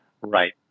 right